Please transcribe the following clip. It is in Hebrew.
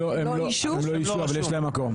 הם לא איישו, אבל יש להם מקום.